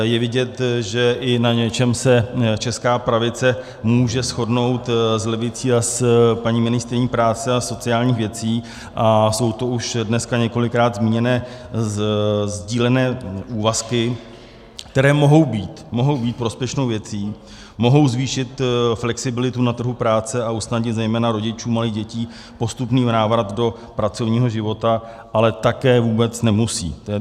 Je vidět, že i na něčem se česká pravice může shodnout s levicí a s paní ministryní práce a sociálních věcí a jsou to už dneska několikrát zmíněné sdílené úvazky, které mohou být mohou být prospěšnou věcí, mohou zvýšit flexibilitu na trhu práce a usnadnit zejména rodičům malých dětí postupný návrat do pracovního života, ale také vůbec nemusí.